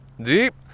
Deep